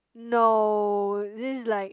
no this is like